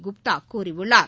குப்தா கூறியுள்ளார்